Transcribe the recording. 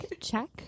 check